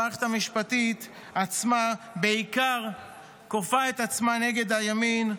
המערכת המשפטית עצמה בעיקר כופה את עצמה נגד הימין,